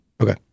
Okay